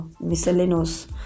miscellaneous